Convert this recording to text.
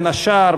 בין השאר,